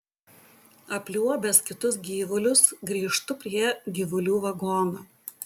apliuobęs kitus gyvulius grįžtu prie gyvulių vagono